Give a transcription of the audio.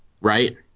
Right